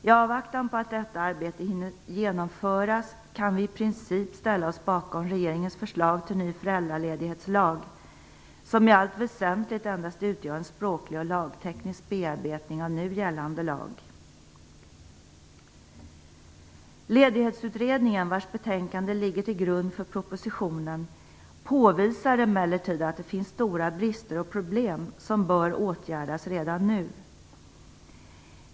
I avvaktan på att detta arbete hinner genomföras kan vi i princip ställa oss bakom regeringens förslag till ny föräldraledighetslag, som i allt väsentligt endast utgör en språklig och lagteknisk bearbetning av nu gällande lag. Ledighetsutredningen, vars betänkande ligger till grund för propositionen, påvisar emellertid att det finns stora brister och problem som bör åtgärdas redan nu.